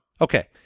Okay